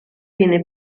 viene